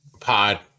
pod